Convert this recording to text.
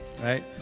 right